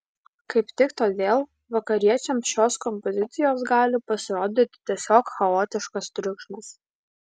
kaip tik todėl vakariečiams šios kompozicijos gali pasirodyti tiesiog chaotiškas triukšmas